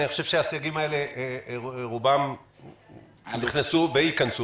אני חושב שרוב הסייגים האלה נכנסו וייכנסו.